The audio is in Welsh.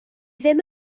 ddim